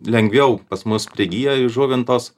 lengviau pas mus prigyja įžuvintos